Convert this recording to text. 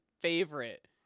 favorite